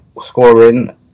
scoring